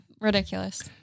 Ridiculous